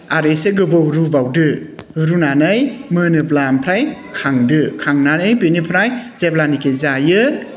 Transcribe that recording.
आरो एसे गोबाव रुबावदो रुनानै मोनोब्ला ओमफ्राय खांदो खांनानै बेनिफ्राय जेब्लानिकि जायो